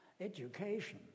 Education